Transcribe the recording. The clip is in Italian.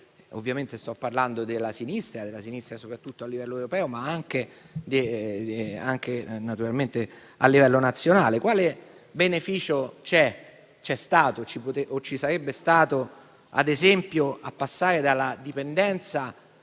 Ovviamente sto parlando della sinistra, soprattutto a livello europeo, ma anche nazionale. Quale beneficio c'è, c'è stato o ci sarebbe stato, ad esempio, a passare dalla dipendenza